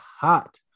hot